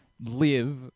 live